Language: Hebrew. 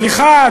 סליחה,